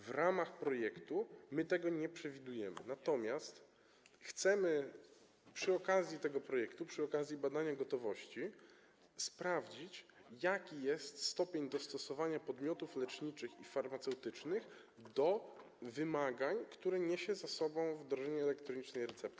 W ramach projektu my tego nie przewidujemy, natomiast chcemy przy okazji tego projektu, przy okazji badania gotowości sprawdzić, jaki jest stopień dostosowania podmiotów leczniczych i farmaceutycznych do wymagań, które niesie za sobą wdrożenie elektronicznej recepty.